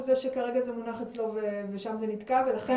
כרגע זה מונח אצלו ושם זה נתקע ולכן